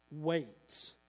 wait